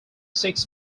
six